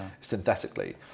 synthetically